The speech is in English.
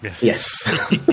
Yes